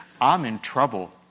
I'm-in-trouble